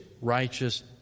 righteous